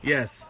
Yes